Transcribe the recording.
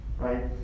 right